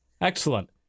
Excellent